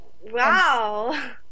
Wow